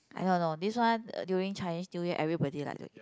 I don't know this one uh during Chinese New Year everybody like to eat